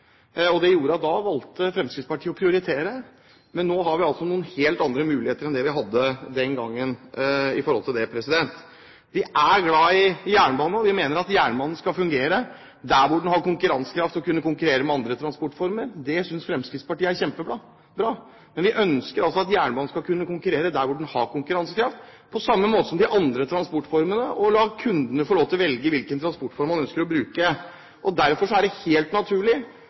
2010. Det gjorde at da valgte Fremskrittspartiet å prioritere. Men nå har vi altså noen helt andre muligheter enn det vi hadde den gangen. Vi er glad i jernbanen, og vi mener at jernbanen skal fungere der hvor den har konkurransekraft og kan konkurrere med andre transportformer. Det synes Fremskrittspartiet er kjempebra. Vi ønsker altså at jernbanen skal kunne konkurrere der hvor den har konkurransekraft, på samme måte som de andre transportformene, og la kundene velge hvilken transportform man ønsker å bruke. Derfor er det helt naturlig